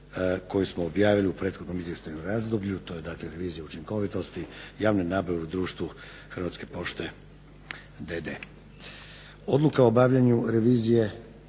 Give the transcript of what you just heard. koju smo objavili u prethodnom izvještajnom razdoblju dakle to je revizija učinkovitosti javne nabave u društvu Hrvatske pošte d.d. Odluka o obavljanju revizije